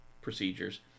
procedures